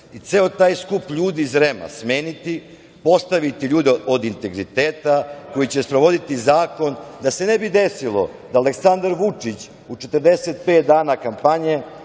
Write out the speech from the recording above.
i ceo taj skup ljudi iz REM-a smeniti, postaviti ljude od integriteta koji će sprovoditi zakon da se ne bi desilo da Aleksandar Vučić u 45 dana kampanja